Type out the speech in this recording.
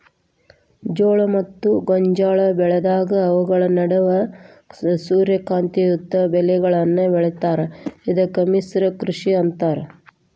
ಜೋಳ ಮತ್ತ ಗೋಂಜಾಳ ಬೆಳೆದಾಗ ಅವುಗಳ ನಡುವ ಸೂರ್ಯಕಾಂತಿಯಂತ ಬೇಲಿಗಳನ್ನು ಬೆಳೇತಾರ ಇದಕ್ಕ ಮಿಶ್ರ ಕೃಷಿ ಅಂತಾರ